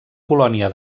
colònia